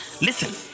Listen